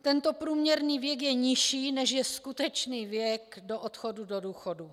Tento průměrný věk je nižší, než je skutečný věk do odchodu do důchodu.